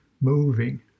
moving